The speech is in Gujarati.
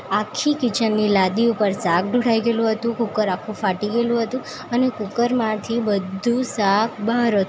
આખી કિચનની લાદી ઉપર શાક ઢોળાઈ ગયેલું હતું કૂકર આખું ફાટી ગયેલું હતું અને કૂકરમાંથી બધું શાક બહાર હતું